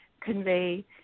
convey